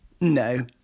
No